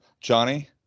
johnny